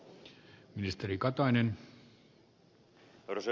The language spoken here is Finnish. arvoisa puhemies